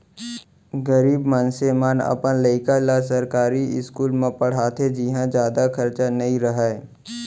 गरीब मनसे मन अपन लइका ल सरकारी इस्कूल म पड़हाथे जिंहा जादा खरचा नइ रहय